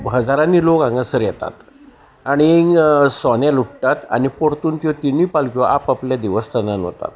हजारांनी लोक हांगासर येतात आनीक सोने लुटात आनी परतून त्यो तिनूय पालक्यो आपआल्या देवस्थानान वतात